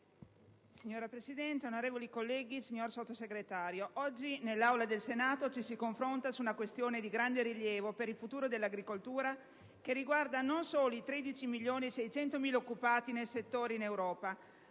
Signora Presidente, onorevoli colleghi, signor Sottosegretario, oggi nell'Aula del Senato ci si confronta su una questione di grande rilievo per il futuro dell'agricoltura, che riguarda non solo i 13.600.000 occupati nel settore in Europa,